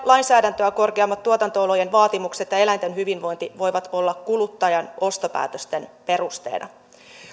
lainsäädäntöä korkeammat tuotanto olojen vaatimukset ja eläinten hyvinvointi voivat olla kuluttajan ostopäätösten perusteena